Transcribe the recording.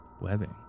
webbing